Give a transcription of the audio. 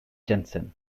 jensen